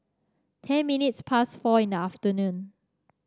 ten minutes past four in the afternoon